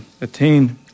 attain